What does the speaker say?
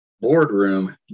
boardroom